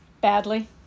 Badly